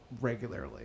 regularly